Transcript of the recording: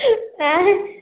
इह आएँ